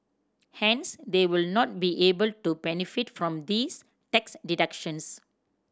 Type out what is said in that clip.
hence they would not be able to benefit from these tax deductions